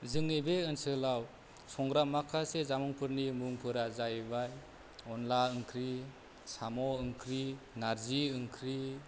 जोंनि बे ओनसोलाव संग्रा माखासे जामुंफोरनि मुंफोरा जाहैबाय अनद्ला ओंख्रि साम' ओंख्रि नारजि ओंख्रि